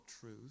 truth